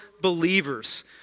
believers